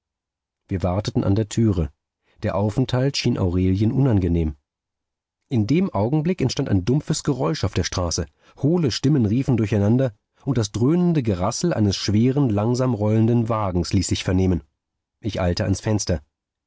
wir warteten an der türe der aufenthalt schien aurelien unangenehm in dem augenblick entstand ein dumpfes geräusch auf der straße hohle stimmen riefen durcheinander und das dröhnende gerassel eines schweren langsam rollenden wagens ließ sich vernehmen ich eilte ans fenster